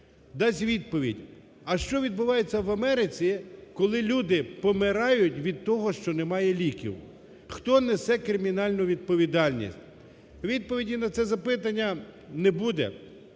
дасть відповідь, а що відбувається в Америці, коли люди помирають від того, що немає ліків. Хто несе кримінальну відповідальність? Відповіді на це запитання не буде.